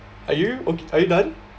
are you o~ are you done